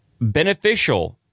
beneficial